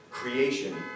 creation